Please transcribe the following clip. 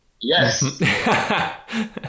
Yes